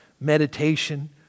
meditation